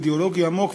הוא אידיאולוגי עמוק,